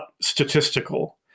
statistical